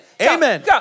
Amen